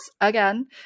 again